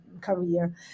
career